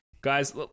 Guys